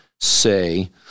say